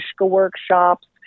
workshops